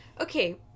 Okay